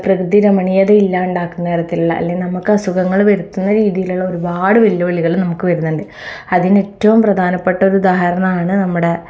പ്രകൃതി രമണീയത ഇല്ലാണ്ടാക്കുന്ന തരത്തിലുള്ള അല്ലെങ്കിൽ നമുക്ക് അസുഖങ്ങൾ വരുത്തുന്ന രീതിയിലുള്ള ഒരുപാട് വെല്ലുവിളികൾ നമുക്ക് വരുന്നുണ്ട് അതിനേറ്റവും പ്രധാനപ്പെട്ട ഒരു ഉദാഹരണമാണ് നമ്മുടെ